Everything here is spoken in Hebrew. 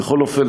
בכל אופן,